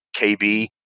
KB